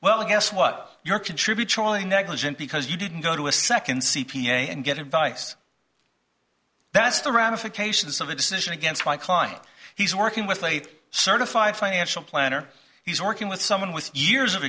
well guess what you're contribute charlie negligent because you didn't go to a second c p a and get advice that's the ramifications of the decision against my client he's working with late certified financial planner he's working with someone with years of